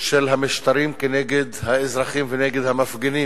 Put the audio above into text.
של המשטרים כנגד האזרחים ונגד המפגינים.